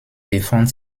befand